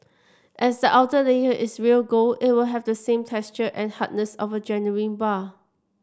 as the outer layer is real gold it will have the same texture and hardness of a genuine bar